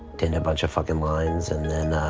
did a bunch of fucking lines and then